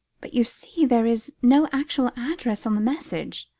but, you see, there is no actual address on the message,